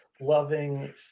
loving